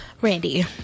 randy